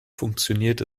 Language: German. funktioniert